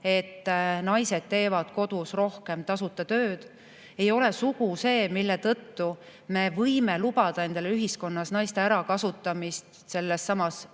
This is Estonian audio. et naised teevad kodus rohkem tasuta tööd. Ei ole sugu see, mille tõttu me võime lubada endale ühiskonnas naiste ärakasutamist pornograafia kontekstis.